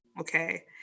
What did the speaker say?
okay